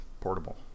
Portable